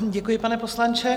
Děkuji, pane poslanče.